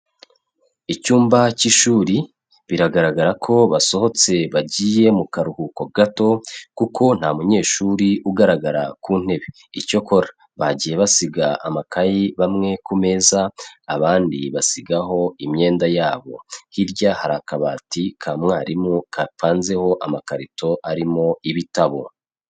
Icyumba k'ishuri, biragaragara ko basohotse bagiye mu karuhuko gato kuko nta munyeshuri ugaragara ku ntebe, icyokora bagiye basiga amakayi bamwe ku meza abandi basigaho imyenda yabo, hirya hari akabati ka mwarimu kapanzeho amakarito arimo ibitabo.